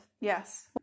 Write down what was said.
yes